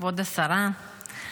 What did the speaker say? כבוד השרה,